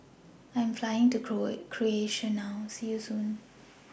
I Am Flying to Croatia now See YOU Soon